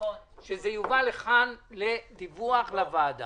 שיובא לכאן לדיווח לוועדה.